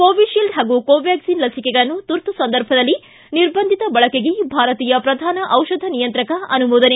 Covishield ಹಾಗೂ ಕೋವ್ಯಾಕ್ಲಿನ್ ಲಸಿಕೆಗಳನ್ನು ತುರ್ತು ಸಂದರ್ಭದಲ್ಲಿ ನಿರ್ಬಂಧಿತ ಬಳಕೆಗೆ ಭಾರತೀಯ ಪ್ರಧಾನ ದಿಷಧ ನಿಯಂತ್ರಕ ಅನುಮೋದನೆ